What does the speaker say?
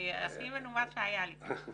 הדבר מאפשר לנו להסתכל על דברים לפרק זמן